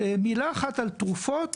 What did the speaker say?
מילה אחת על תרופות.